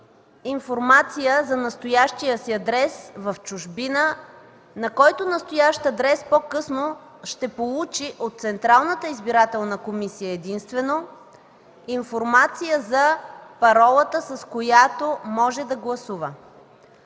информация за настоящия си адрес в чужбина, на който по-късно ще получи от Централната избирателна комисия единствено информация за паролата, с която може да гласува.